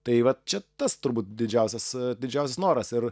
tai vat čia tas turbūt didžiausias didžiausias noras ir